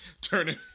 turning